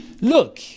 Look